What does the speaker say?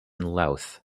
louth